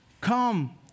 come